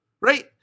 right